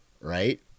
right